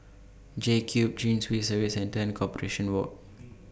JCube Chin Swee Service Centre and Corporation Walk